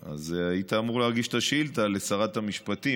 ואז פתאום מסעוד גנאים מקבל מכה מיס"מ גברתן כזה.